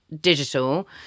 digital